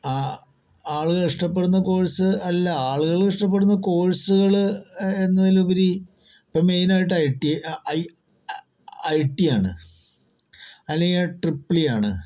ആ ആളുകൾ ഇഷ്ടപ്പെടുന്ന കോഴ്സ് അല്ല ആളുകൾ ഇഷ്ടപ്പെടുന്ന കോഴ്സുകൾ എന്നതിലുപരി ഇപ്പോൾ മെയ്നായിട്ട് I T I I I ടിയാണ് അല്ലെങ്കിൽ ട്രിപ്പിൾ ഇയാണ്